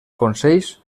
consells